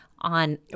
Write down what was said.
on